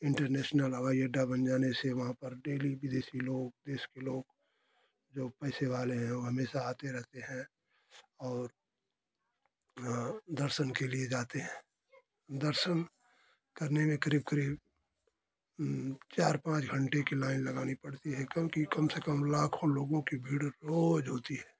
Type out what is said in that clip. international हवाई अड्डा बन जाने से वहाँ पर डेली विदेशी लोग देश के लोग जो पैसे वाले हैं वो हमेशा आते रहते हैं और दर्शन के लिए जाते हैं दर्शन करने में करीब करीब चार पाँच घंटे की लाइन लगानी पड़ती है क्योंकि कम से कम लाखों लोगों की भीड़ रोज होती है